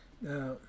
Now